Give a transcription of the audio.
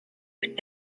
üht